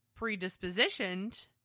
predispositioned